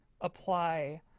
apply